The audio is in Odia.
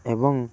ଏବଂ